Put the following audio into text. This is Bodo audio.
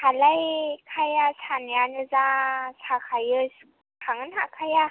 हालाय खाया सानायानो जा साखायो सिखारनोनो हाखाया